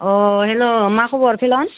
अह हेल' मा खबर फैलन